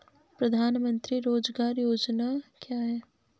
प्रधानमंत्री रोज़गार योजना क्या है?